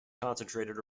concentrated